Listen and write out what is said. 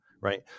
right